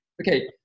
Okay